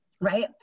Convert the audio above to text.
Right